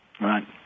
Right